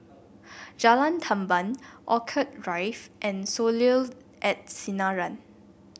Jalan Tamban Orchid Rife and Soleil at Sinaran